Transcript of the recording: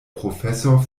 professor